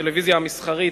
הטלוויזיה המסחרית,